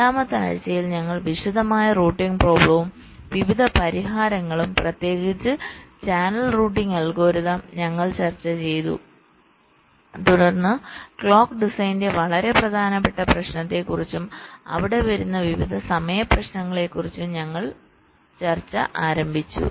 നാലാമത്തെ ആഴ്ചയിൽ ഞങ്ങൾ വിശദമായ റൂട്ടിംഗ് പ്രോബ്ളവും വിവിധ പരിഹാരങ്ങളും പ്രത്യേകിച്ച് ചാനൽ റൂട്ടിംഗ് അൽഗോരിതം ഞങ്ങൾ ചർച്ച ചെയ്തു തുടർന്ന് ക്ലോക്ക് ഡിസൈനിന്റെ വളരെ പ്രധാനപ്പെട്ട പ്രശ്നത്തെക്കുറിച്ചും അവിടെ വരുന്ന വിവിധ സമയ പ്രശ്നങ്ങളെക്കുറിച്ചും ഞങ്ങൾ ചർച്ച ആരംഭിച്ചു